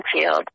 field